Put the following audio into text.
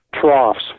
troughs